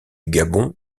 gabon